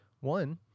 one